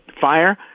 fire